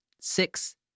six